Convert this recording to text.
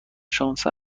شانس